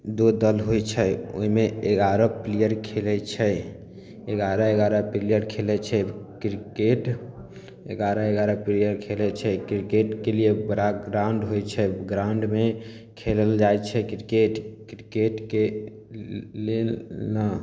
दो दल होइ छै ओहिमे एगारह प्लेयर खेलै छै एगारह एगारह प्लेयर खेलै छै क्रिकेट एगारह एगारह प्लेयर खेलै छै क्रिकेटके लिए बड़ा ग्राउण्ड होइ छै ग्राउण्डमे खेलल जाइ छै क्रिकेट क्रिकेटके ले लेना